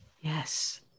yes